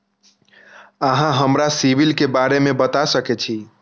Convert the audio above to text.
अहाँ हमरा सिबिल के बारे में बता सके छी?